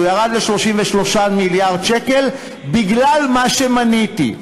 הוא ירד ל-33 מיליארד שקל בגלל מה שמניתי.